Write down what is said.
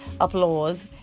applause